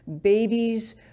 babies